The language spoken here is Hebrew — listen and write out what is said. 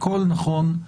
הכל נכון,